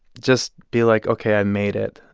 just be like, ok, i made it.